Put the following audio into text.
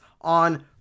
on